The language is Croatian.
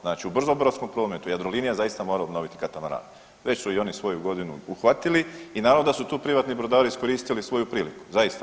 Znači u brzobrodskom prometu Jadrolinija zaista mora obnoviti katamarane, već su i oni svoju godinu uhvatili i naravno da su tu privatni brodari iskoristili svoju priliku zaista.